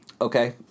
Okay